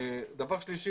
דבר נוסף.